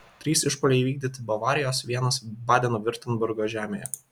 trys išpuoliai įvykdyti bavarijos vienas badeno viurtembergo žemėje